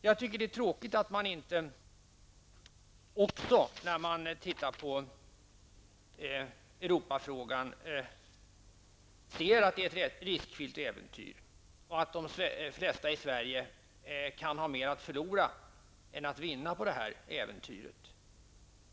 Jag tycker att det är tråkigt att man inte ser, när man studerar på Europafrågan, att det är ett riskfyllt äventyr och att de flesta i Sverige kan ha mer att förlora än att vinna på det äventyret.